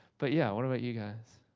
but, yeah, what about you guys?